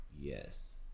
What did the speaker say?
Yes